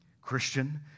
Christian